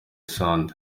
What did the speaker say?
santé